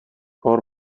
hor